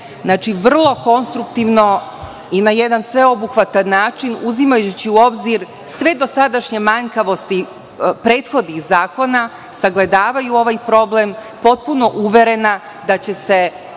vrlo konstruktivno i na jedan sveobuhvatan način uzimajući u obzir sve dosadašnje manjkavosti prethodnih zakona, sagledavaju ovaj problem, potpuno uverena da će se,